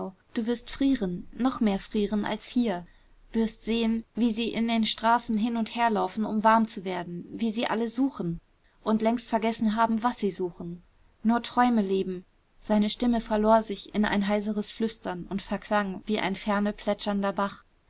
du wirst frieren noch mehr frieren als hier wirst sehen wie sie in den straßen hin und her laufen um warm zu werden wie sie alle suchen und längst vergessen haben was sie suchen nur träume leben seine stimme verlor sich in ein heiseres flüstern und verklang wie ein ferne plätschernder bach